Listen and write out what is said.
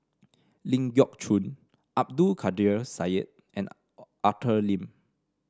Ling Geok Choon Abdul Kadir Syed and Arthur Lim